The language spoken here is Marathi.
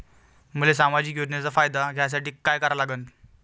मले सामाजिक योजनेचा फायदा घ्यासाठी काय करा लागन?